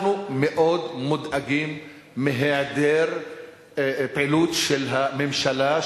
אנחנו מאוד מודאגים מהיעדר פעילות של הממשלה,